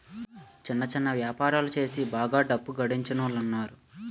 సిన్న సిన్న యాపారాలు సేసి బాగా డబ్బు గడించినోలున్నారు